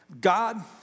God